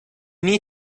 need